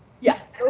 Yes